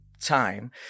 time